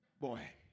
boy